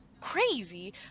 crazy